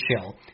chill